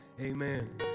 Amen